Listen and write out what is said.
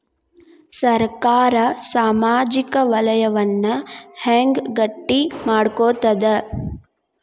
ಸರ್ಕಾರಾ ಸಾಮಾಜಿಕ ವಲಯನ್ನ ಹೆಂಗ್ ಗಟ್ಟಿ ಮಾಡ್ಕೋತದ?